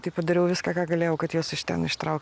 tai padariau viską ką galėjau kad juos iš ten ištraukt